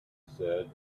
said